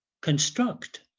construct